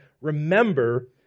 remember